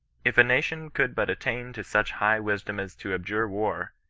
if a nation could but attain to such high wisdom as to abjure war,